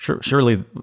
Surely